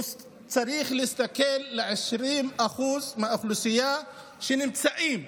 הוא צריך להסתכל על 20% מהאוכלוסייה שנמצאים